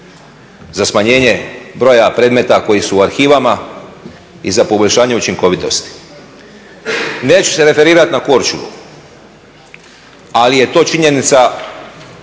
za smanjenje broja predmeta koji su u arhivama i za poboljšanje učinkovitosti? Neću se referirati na Korčulu, ali je to činjenica